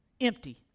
Empty